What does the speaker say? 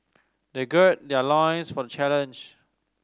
they gird their loins for challenge